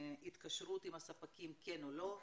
התקשרות עם ספקים, כן או לא.